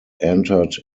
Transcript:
entered